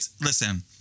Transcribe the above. Listen